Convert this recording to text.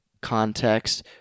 context